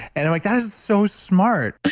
and i'm like, that is so smart.